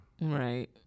Right